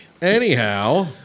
Anyhow